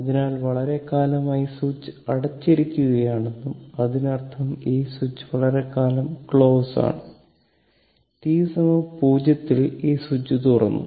അതിനാൽ വളരെക്കാലമായി സ്വിച്ച് അടച്ചിരിക്കുകയാണെന്നും അതിനർത്ഥം ഈ സ്വിച്ച് വളരെക്കാലം ക്ലോസ്ഡ് ആണ് t 0 ൽ ഈ സ്വിച്ച് തുറന്നു